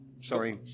Sorry